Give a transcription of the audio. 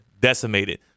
decimated